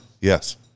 Yes